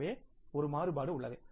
எனவே ஒரு மாறுபாடு உள்ளது